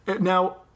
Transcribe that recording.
Now